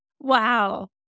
Wow